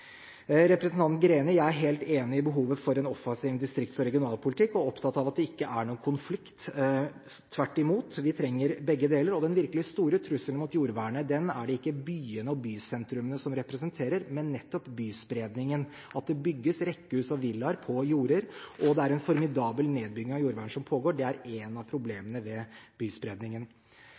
Greni: Jeg er helt enig i behovet for en offensiv distrikts- og regionalpolitikk og er opptatt av at det ikke er noen konflikt – tvert imot trenger vi begge deler. Den virkelig store trusselen mot jordvernet er det ikke byene og bysentrene som representerer, men byspredningen – at det bygges rekkehus og villaer på jorder. Det er en formidabel nedbygging av jord som pågår. Det er et av problemene ved byspredningen.